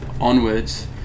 onwards